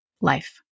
life